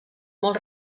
molt